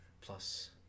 Plus